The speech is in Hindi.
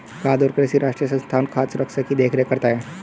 खाद्य और कृषि राष्ट्रीय संस्थान खाद्य सुरक्षा की देख रेख करता है